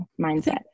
mindset